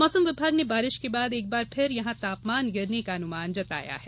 मौसम विभाग ने बारिश के बाद एक बार फिर यहां तापमान गिरने का अनुमान जताया है